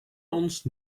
ons